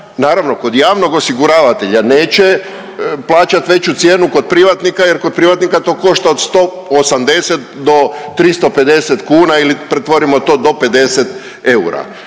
naravno kod javnog osiguravatelja, neće plaćati veću cijenu kod privatnika jer kod privatnika to košta od 180 do 350 kuna ili pretvorimo to, do 50 eura.